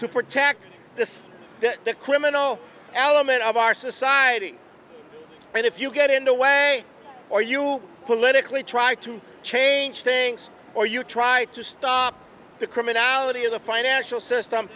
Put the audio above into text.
to protect the the criminal element of our society and if you get in the way or you politically try to change things or you try to stop the criminality of the financial system